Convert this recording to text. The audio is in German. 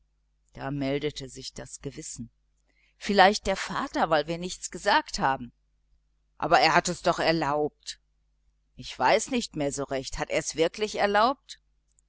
da meldete sich das gewissen vielleicht der vater weil wir nichts gesagt haben aber er hat es doch erlaubt ich weiß nicht mehr so recht hat er's wirklich erlaubt